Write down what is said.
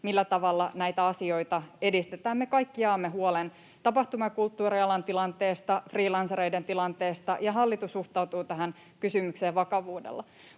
millä tavalla näitä asioita edistetään. Me kaikki jaamme huolen tapahtuma- ja kulttuurialan tilanteesta, freelancereiden tilanteesta, ja hallitus suhtautuu tähän kysymykseen vakavuudella.